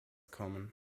kommen